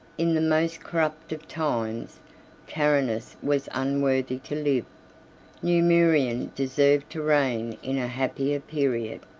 in the most corrupt of times, carinus was unworthy to live numerian deserved to reign in a happier period.